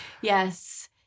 Yes